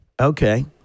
Okay